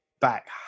back